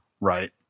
right